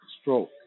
stroke